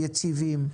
יציבים,